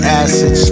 acid